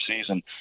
season